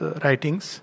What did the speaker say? writings